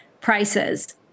prices